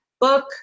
book